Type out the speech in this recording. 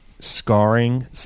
scarring